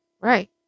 Right